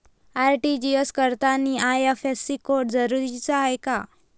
RTGS करतांनी IFSC code जरुरीचा हाय का?